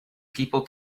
people